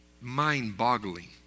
mind-boggling